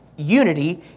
Unity